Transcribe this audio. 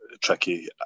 tricky